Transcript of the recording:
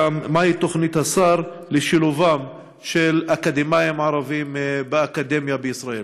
מהי תוכנית השר לשילוב אקדמאים ערבים באקדמיה בישראל?